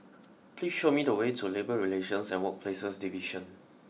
please show me the way to Labour Relations and Workplaces Division